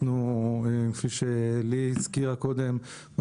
כפי שליהי הזכירה קודם,